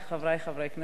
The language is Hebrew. חברי חברי הכנסת,